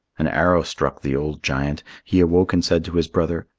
an arrow struck the old giant. he awoke and said to his brother,